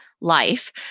life